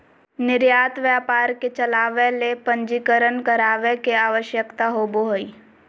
निर्यात व्यापार के चलावय ले पंजीकरण करावय के आवश्यकता होबो हइ